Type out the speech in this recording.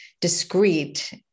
discreet